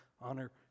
honor